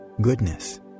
goodness